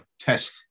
test